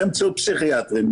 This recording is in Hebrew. באמצעות פסיכיאטרים,